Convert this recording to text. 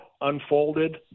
unfolded